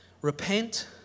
Repent